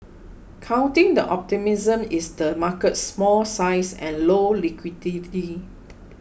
countering the optimism is the market's small size and low liquidity